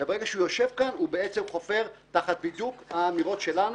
וברגע שהוא יושב כאן הוא חופר בדיוק תחת האמירות שלנו,